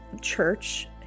church